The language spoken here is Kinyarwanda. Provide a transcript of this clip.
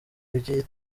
iby’iyi